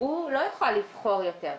הוא לא יוכל לבחור יותר.